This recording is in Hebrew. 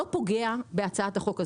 פוגע בהצעת החוק הזאת.